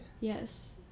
Yes